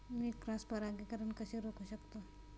मी cross परागीकरण कसे रोखू शकतो?